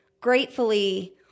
gratefully